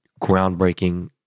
groundbreaking